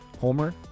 Homer